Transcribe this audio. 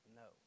no